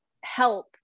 help